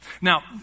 Now